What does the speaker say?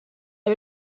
wir